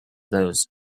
those